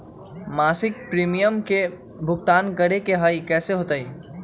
मासिक प्रीमियम के भुगतान करे के हई कैसे होतई?